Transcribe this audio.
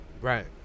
Right